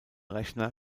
rechner